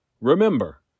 Remember